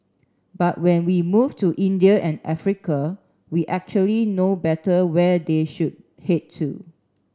but when we move to India and Africa we actually know better where they should head to